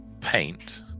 paint